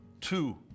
Two